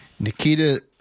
Nikita